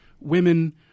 women